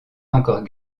encore